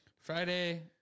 Friday